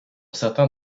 certains